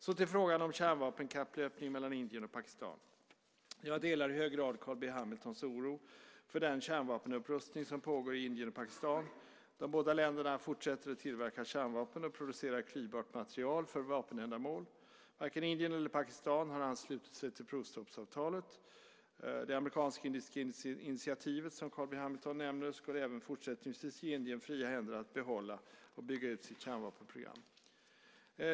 Så till frågan om kärnvapenkapplöpning mellan Indien och Pakistan. Jag delar i hög grad Carl B Hamiltons oro för den kärnvapenupprustning som pågår i Indien och Pakistan. De båda länderna fortsätter att tillverka kärnvapen och producera klyvbart material för vapenändamål. Varken Indien eller Pakistan har anslutit sig till provstoppsavtalet. Det amerikansk-indiska initiativet, som Carl B Hamilton nämner, skulle även fortsättningsvis ge Indien fria händer att behålla och bygga ut sitt kärnvapenprogram.